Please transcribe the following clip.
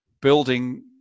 building